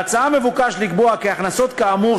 בהצעה מבוקש לקבוע כי הכנסות כאמור,